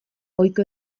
ohiko